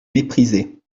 méprisez